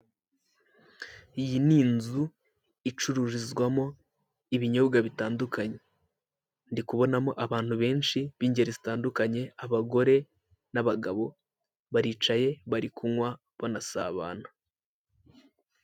Iyi ni inzu icururizwamo ibinyobwa bitandukanye, ndi kubonamo abantu benshi b'ingeri zitandukanye, abagore n'abagabo. Baricaye bari kunywa banasabana.